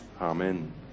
Amen